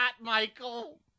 Michael